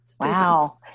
Wow